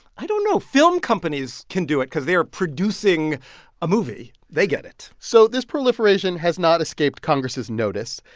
i don't know. film companies can do it cause they are producing a movie. they get it so this proliferation has not escaped congress' notice.